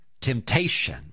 temptation